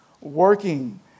working